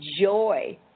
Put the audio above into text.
joy